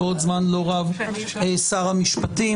בעוד זמן לא רב שר המשפטים,